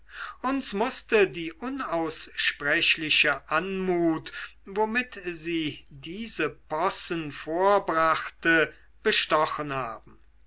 uns mußte die unaussprechliche anmut womit sie diese possen vorbrachte bestochen haben